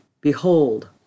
Behold